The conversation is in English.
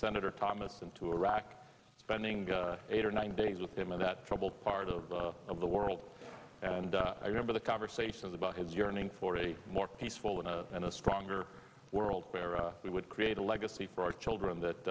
senator thomas into iraq spending eight or nine days with him in that troubled part of the of the world and i remember the conversations about his yearning for a more peaceful and a and a stronger world where we would create a legacy for our children that